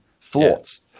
thoughts